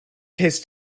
tastes